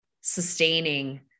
sustaining